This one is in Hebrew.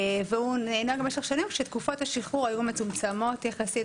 והוא היה נהוג במשך שנים כשתקופות השחרור היו מצומצמות יחסית.